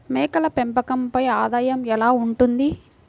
మేకల పెంపకంపై ఆదాయం ఎలా ఉంటుంది?